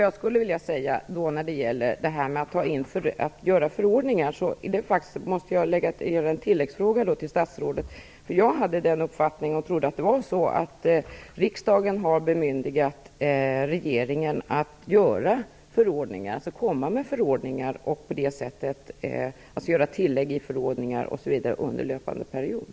Jag vill ställa en tilläggsfråga till statsrådet vad gäller skapandet av förordningar. Jag trodde att det var så att riksdagen har bemyndigat regeringen att utarbeta förordningar och göra tillägg i förordningar under löpande period.